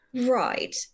right